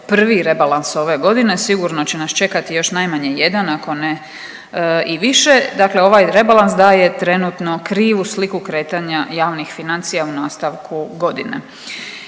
prvi rebalans ove godine sigurno će nas čekati najmanje jedan ako ne i više. Dakle, ovaj rebalans daje trenutno krivu sliku kretanja javnih financija u nastavku godine.